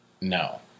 No